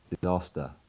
Disaster